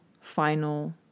final